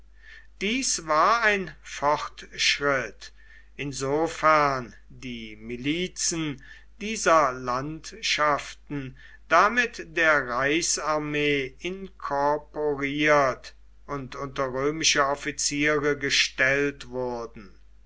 dies war ein fortschritt insofern die milizen dieser landschaften damit der reichsarmee inkorporiert und unter römische offiziere gestellt wurden